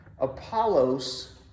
Apollos